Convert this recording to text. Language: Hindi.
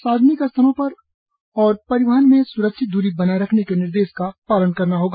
सार्वजनिक स्थलों पर और परिवहन में स्रक्षित दूरी बनाए रखने के निर्देशों का पालन करना होगा